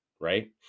right